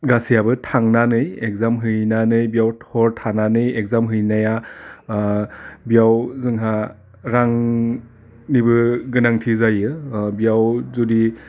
गासैयाबो थांनानै एग्जाम हैनानै बियाव थर थानानै एग्जाम हैनाया बियाव जोंहा रां निबो गोनांथि जायो बेयाव जुदि